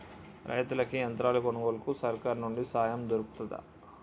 రైతులకి యంత్రాలు కొనుగోలుకు సర్కారు నుండి సాయం దొరుకుతదా?